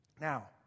Now